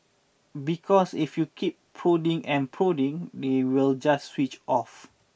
because if you keep prodding and prodding they will just switch off